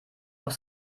auf